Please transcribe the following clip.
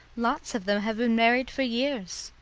lots of them have been married for years,